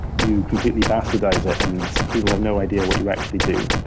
you completely bastardize it, and people have no idea what you actually do.